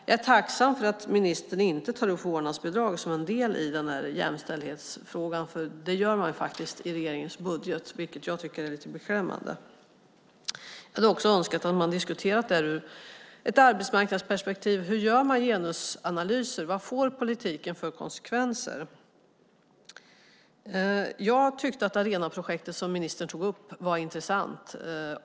Jag är tacksam för att ministern inte tar upp vårdnadsbidraget som en del i jämställdhetsfrågan. Det gör man nämligen i regeringens budget, vilket jag tycker är lite beklämmande. Jag hade också önskat att man hade diskuterat detta ur ett arbetsmarknadsperspektiv: Hur gör man genusanalyser, och vad får politiken för konsekvenser? Jag tyckte att Arenaprojektet, som ministern tog upp, var intressant.